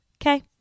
Okay